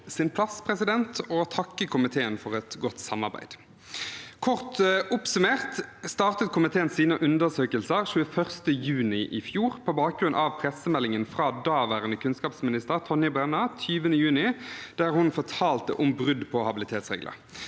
sin plass å takke komiteen for et godt samarbeid. Kort oppsummert startet komiteen sine undersøkelser 21. juni i fjor på bakgrunn av pressemeldingen fra daværende kunnskapsminister Tonje Brenna 20. juni, der hun fortalte om brudd på habilitetsregler.